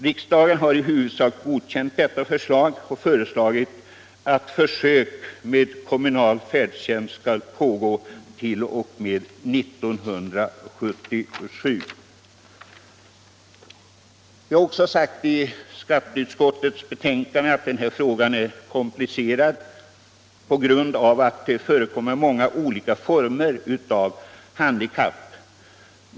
Riksdagen har i huvudsak godkänt detta förslag, vilket bl.a. innebär att försök med kommunal färdtjänst skall pågå t.o.m. 1977. Vi har i utskottets betänkande sagt att frågan är komplicerad på grund av att det förekommer många olika former av handikapp.